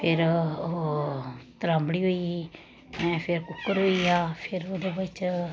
फिर ओह् त्रांबड़ी होई गेई ऐं फिर कुकर होई गेआ फिर ओह्दे बिच्च